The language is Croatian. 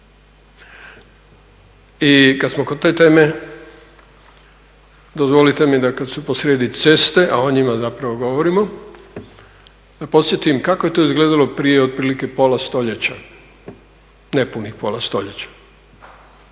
I kad smo kod te teme, dozvolite mi da kad su posrijedi ceste, a o njima zapravo govorimo, da podsjetim kako je to izgledalo prije otprilike pola stoljeća, nepunih pola stoljeća.